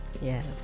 Yes